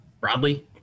broadly